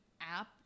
app